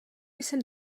jsem